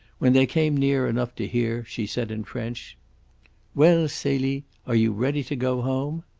when they came near enough to hear she said in french well, celie, are you ready to go home?